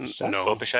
No